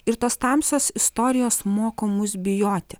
ir tos tamsios istorijos moko mus bijoti